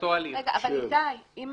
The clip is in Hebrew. איתי, אם